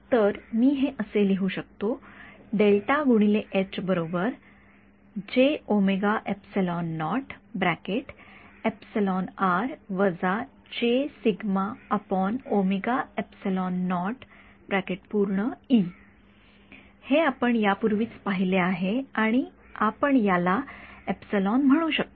तर मी हे असे लिहू शकतो हे आपण यापूर्वीच पाहिले आहे आपण यालाम्हणू शकतो